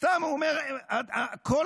סתם, הוא אומר, כל